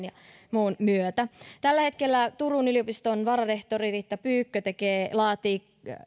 ja muun myötä tällä hetkellä turun yliopiston vararehtori riitta pyykkö laatii